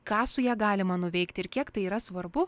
ką su ja galima nuveikti ir kiek tai yra svarbu